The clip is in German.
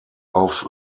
auf